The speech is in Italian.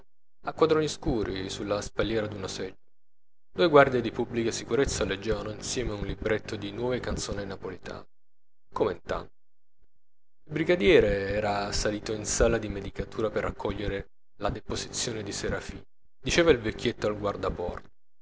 a quadroni scuri sulla spalliera d'una seggiola due guardie di pubblica sicurezza leggevano insieme un libretto di nuove canzoni napolitane comentando il brigadiere era salito in sala di medicatura per raccogliere la deposizione di serafina diceva il vecchietto al